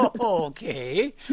Okay